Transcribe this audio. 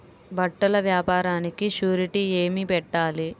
బట్టల వ్యాపారానికి షూరిటీ ఏమి పెట్టాలి?